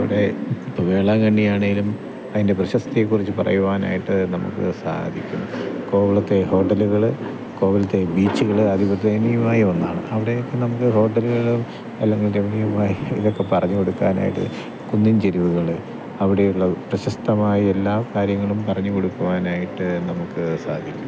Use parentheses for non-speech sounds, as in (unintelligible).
അവിടെ വേളാങ്കണ്ണിയാണേലും അതിൻ്റെ പ്രസക്തിയെക്കുറിച്ച് പറയുവാനായിട്ട് നമുക്ക് സാധിക്കും കോവളത്ത് ഹോട്ടലുകൾ കോവളത്തെ ബീച്ചുകൾ അത് (unintelligible) ദയനീയമായ ഒന്നാണ് അവിടേക്ക് നമുക്ക് ഹോട്ടലുകളും അല്ലെങ്കിൽ (unintelligible) ഇതൊക്കെ പറഞ്ഞു കൊടുക്കാനായിട്ട് കുന്നിൻ ചെരിവുകൾ അവിടെയുള്ള പ്രശസ്തമായ എല്ലാ കാര്യങ്ങളും പറഞ്ഞു കൊടുക്കുവാനായിട്ട് നമുക്ക് സാധിക്കും